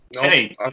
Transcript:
Hey